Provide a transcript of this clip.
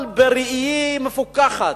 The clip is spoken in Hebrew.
אבל בראייה מפוכחת,